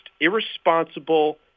irresponsible